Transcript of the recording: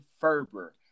Ferber